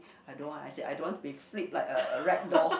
I don't want I said I don't want to be flipped like a rag doll